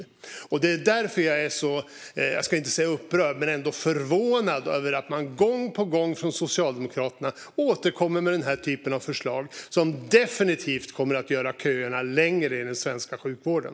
Jag ska inte säga att jag är upprörd över detta, men jag är ändå förvånad över att Socialdemokraterna gång på gång återkommer med den här typen av förslag som definitivt kommer att göra köerna längre i den svenska sjukvården.